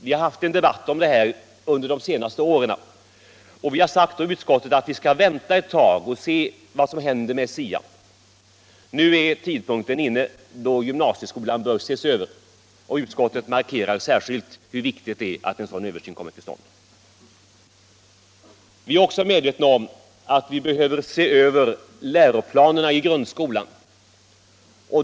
Vi har haft en debatt om detta under de senaste åren, och vi har sagt inom utskottet att vi skall vänta ett tag och se vad som händer med SIA. Nu är tidpunkten inne då gymnasieskolan bör ses över, och utskottet markerar särskilt hur viktigt det är att en sådan översyn kommer till stånd. Vi är också medvetna om att det behövs en översyn av läroplanerna i grundskolan.